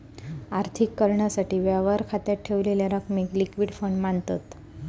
आर्थिक कारणासाठी, व्यवहार खात्यात ठेवलेल्या रकमेक लिक्विड फंड मांनतत